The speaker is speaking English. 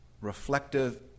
reflective